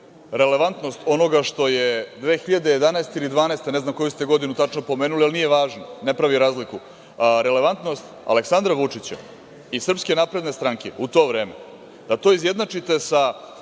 relevantnost onoga što je 2011. ili 2012. godine, ne znam koju ste godinu tačno pomenuli, ali nije važno, ne pravi razliku. Relevantnost Aleksandra Vučića i SNS u to vreme da to izjednačite sa